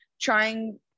trying